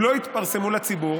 הם לא יתפרסמו לציבור